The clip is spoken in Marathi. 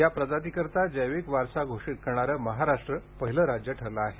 या प्रजातीकरिता जैविक वारसा घोषित करणारं महाराष्ट्र पहिलं राज्य ठरलं आहे